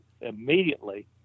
immediately